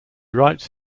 writes